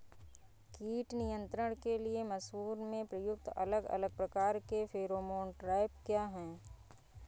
कीट नियंत्रण के लिए मसूर में प्रयुक्त अलग अलग प्रकार के फेरोमोन ट्रैप क्या है?